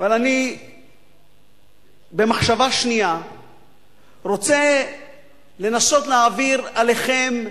אבל במחשבה שנייה אני רוצה לנסות להעביר אליכם,